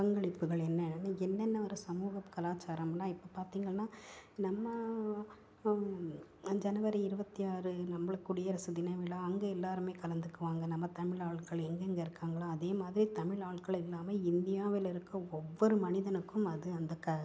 பங்களிப்புகள் என்னன்னு என்னன்ன ஒரு சமூக கலாச்சாரம்னா இப்போ பார்த்தீங்கன்னா நம்ம ஜனவரி இருபத்தி ஆறு நம்மளுக்கு குடியரசு தினவிழா அங்கே எல்லோருமே கலந்துக்குவாங்க நம்ம தமிழ் ஆளுகள் எங்கங்கே இருக்காங்களோ அதேமாதிரி தமிழ் ஆட்கள் எல்லாம் இந்தியாவில் இருக்க ஒவ்வொரு மனிதனுக்கும் அது அந்த